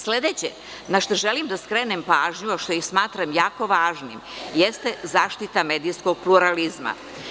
Sledeće našta želim da skrenem pažnju, a što smatram jako važnim, jeste zaštita medijskog pluralizma.